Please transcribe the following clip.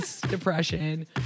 depression